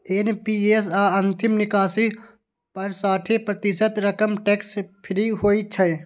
NPS सं अंतिम निकासी पर साठि प्रतिशत रकम टैक्स फ्री होइ छै